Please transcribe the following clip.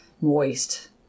moist